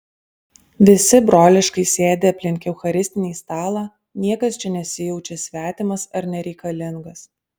visi broliškai sėdi aplink eucharistinį stalą niekas čia nesijaučia svetimas ar nereikalingas